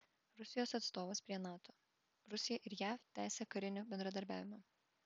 rusijos atstovas prie nato rusija ir jav tęsia karinį bendradarbiavimą